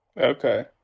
Okay